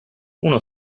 uno